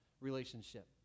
relationship